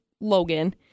Logan